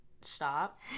stop